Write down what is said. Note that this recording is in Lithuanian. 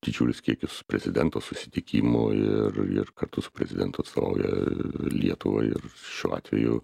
didžiulius kiekius prezidento susitikimų ir ir kartu su prezidentu atstovauja lietuvą ir šiuo atveju